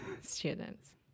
students